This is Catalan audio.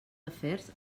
afers